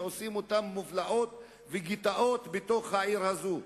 שעושים אותם מובלעות וגטאות בתוך העיר הזו.